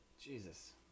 Jesus